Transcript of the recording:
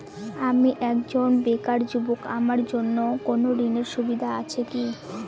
আমি একজন বেকার যুবক আমার জন্য কোন ঋণের সুবিধা আছে কি?